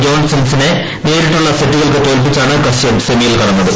ജോർജൻ സെന്നിനെ നേരിട്ടുള്ള സെറ്റുകൾക്ക് തോൽപിച്ചാണ് കശ്യപ് സെമിയിൽ കടന്നത്